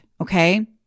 Okay